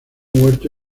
huerto